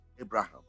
Abraham